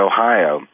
Ohio